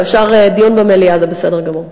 אבל אפשר דיון במליאה, זה בסדר גמור.